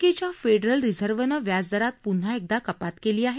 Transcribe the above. अमेरिकेच्या फेडरल रिझर्वनं व्याजदरात पुन्हा एकदा कपात केली आहे